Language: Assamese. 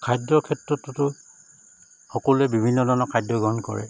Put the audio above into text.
খাদ্যৰ ক্ষেত্ৰততো সকলোৱে বিভিন্ন ধৰণৰ খাদ্য গ্ৰহণ কৰে